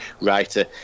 writer